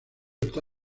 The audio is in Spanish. está